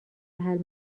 محل